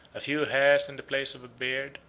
a few hairs in the place of a beard,